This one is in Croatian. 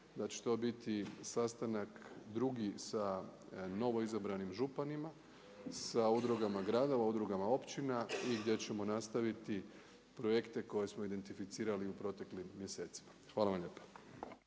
da će to biti sastanak drugi sa novoizabranih županima, sa udrugama gradova, udrugama općina i gdje ćemo nastaviti projekte koje smo identificirali u proteklim mjesecima. Hvala vam lijepa.